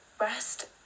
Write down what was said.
rest